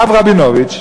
הרב רבינוביץ,